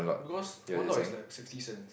because one lot is like sixty cents